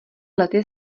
lety